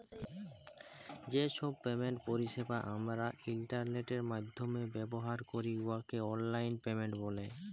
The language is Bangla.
যে ছব পেমেন্ট পরিছেবা আমরা ইলটারলেটের মাইধ্যমে ব্যাভার ক্যরি উয়াকে অললাইল পেমেল্ট ব্যলে